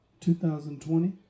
2020